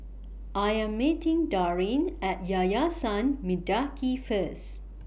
I Am meeting Darin At Yayasan Mendaki First